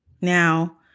now